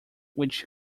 which